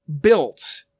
built